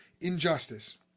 injustice